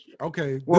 Okay